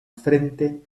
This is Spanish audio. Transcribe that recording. frente